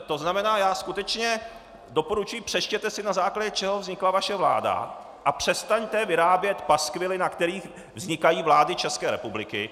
To znamená, já skutečně doporučuji, přečtěte si, na základě čeho vznikla vaše vláda, a přestaňte vyrábět paskvily, na kterých vznikají vlády České republiky.